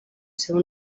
seu